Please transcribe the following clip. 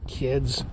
kids